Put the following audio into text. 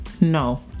No